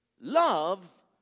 Love